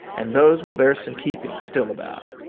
and those will bear some keeping still about.